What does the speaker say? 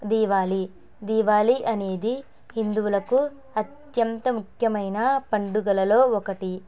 దీవాలి దీవాలి అనేది హిందువులకు అత్యంత ముఖ్యమైన పండుగలలో ఒకటి